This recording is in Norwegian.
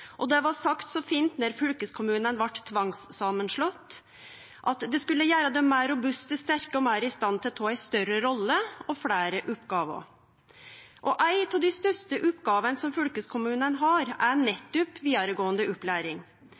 og det blei sagt så fint då fylkeskommunane blei slått saman med tvang, at det skulle gjere dei meir robuste, sterkare og meir i stand til å ta ei større rolle og fleire oppgåver. Ei av dei største oppgåvene som fylkeskommunane har, er nettopp vidaregåande opplæring.